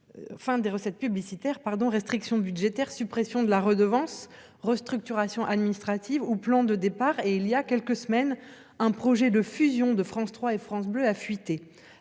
fin des recettes publicitaires, restrictions budgétaires, suppression de la redevance, restructuration administrative, plan de départs ... Voilà quelques semaines, un projet de fusion de France 3 et France Bleu a fuité.